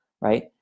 right